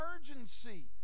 urgency